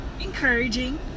encouraging